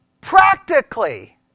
practically